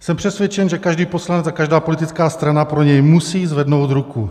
Jsem přesvědčen, že každý poslanec a každá politická strana pro něj musí zvednout ruku.